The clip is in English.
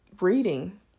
reading